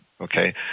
okay